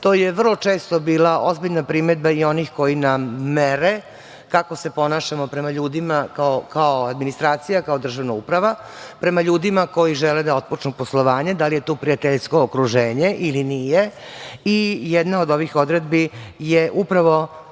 To je vrlo često bila ozbiljna primedba i onih koji nam mere kako se ponašamo prema ljudima kao administracija, kao državna uprava, prema ljudima koji žele da otpočnu poslovanje, da li je tu prijateljsko okruženje ili nije. Jedna od ovih odredbi je upravo